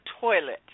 toilet